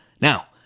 Now